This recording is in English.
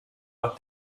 but